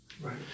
Right